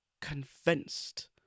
convinced